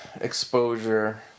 exposure